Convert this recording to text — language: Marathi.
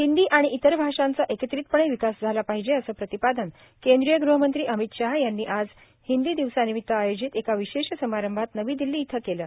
हिंदी आणि इतर भाषांचा एकत्रितपणे विकास झाला पाहिजे असं प्रतिपादन केंद्रीय गृहमंत्री अतिम शहा यांनी आज हिंदी दिवसानिमित आयोजित एका विशेष समारंभात नवी दिल्ली इथं केलं